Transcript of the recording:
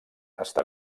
està